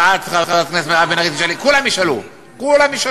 ואת, חברת הכנסת מירב בן ארי, תשאלי.